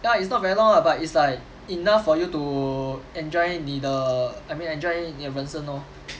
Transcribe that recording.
ya it's not very long lah but it's like enough for you to enjoy 你的 I mean enjoy 你的人生 lor